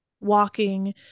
walking